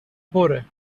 پره